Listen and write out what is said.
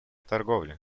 торговли